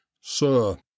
Sir